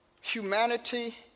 humanity